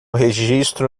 registro